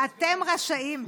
אתם רשאים,